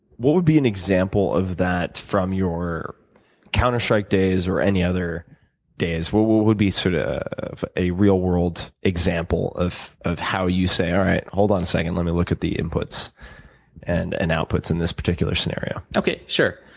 what would be an example of that, from your counter strike days, or any other days? what what would be sort ah of a real world example of of how you say, all right. hold on a second. let me look at the inputs and and outputs in this particular scenario. okay. sure,